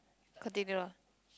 continue lah